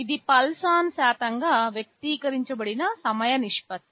ఇది pulse ON శాతంగా వ్యక్తీకరించబడిన సమయ నిష్పత్తి